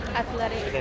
athletic